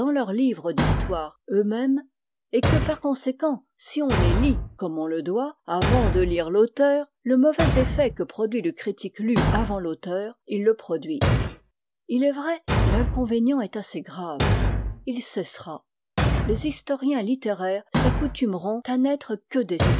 leurs livres d'histoire eux-mêmes et que par conséquent si on les lit comme on le doit avant de lire l'auteur le mauvais effet que produit le critique lu avant l'auteur ils le produisent il est vrai l'inconvénient est assez grave il cessera les historiens littéraires s'accoutumeront à n'être que des